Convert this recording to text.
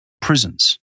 prisons